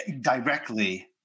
directly